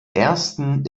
ersten